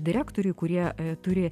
direktoriui kurie turi